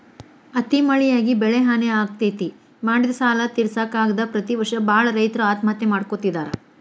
ಅತಿ ಮಳಿಯಾಗಿ ಬೆಳಿಹಾನಿ ಆಗ್ತೇತಿ, ಮಾಡಿದ ಸಾಲಾ ತಿರ್ಸಾಕ ಆಗದ ಪ್ರತಿ ವರ್ಷ ಬಾಳ ರೈತರು ಆತ್ಮಹತ್ಯೆ ಮಾಡ್ಕೋತಿದಾರ